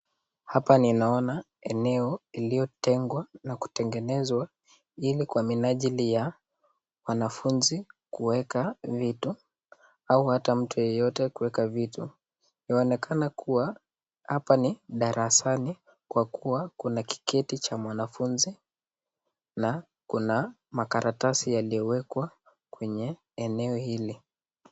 Hapa ninaona eneo lililotengwa na kutengenezwa ili kwa minajili ya wanafunzi kuweka vitu, au hata mtu yeyote kuweka vitu. Yaonekana kuwa hapa ni darasani kwa kuwa kuna kiketi cha mwanafunzi na kuna makaratasi yaliyowekwa kwenye eneo hili.